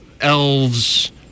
elves